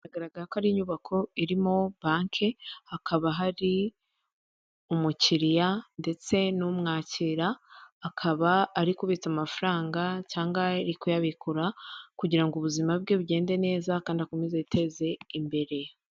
Bigaragara ko ari inyubako irimo banki, hakaba hari umukiriya ndetse n'mwakira akaba ari kubitsa amafaranga cyangwa kuyabikura kugira ubuzima bwe bugende neza kandi akomeze yiteze imbere.